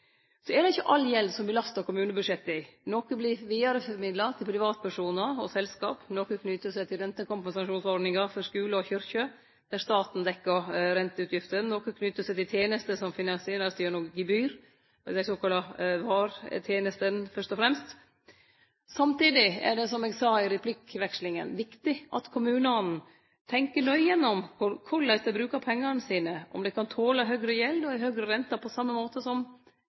Så er det ikkje all gjeld som belastar kommunebudsjetta. Noko vert vidareformidla til privatpersonar og selskap. Noko knyter seg til rentekompensasjonsordningar for skuler og kyrkjer, der staten dekkjer renteutgiftene. Noko knyter seg til tenester som vert finansierte gjennom gebyr, fyrst og fremst dei såkalla VAR-tenestene. Samtidig er det, som eg sa i replikkvekslinga, viktig at kommunane tenkjer nøye gjennom korleis dei brukar pengane sine – om dei kan tole høgre gjeld og høgre rente, på same måten som